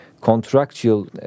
contractual